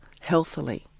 healthily